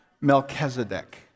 Melchizedek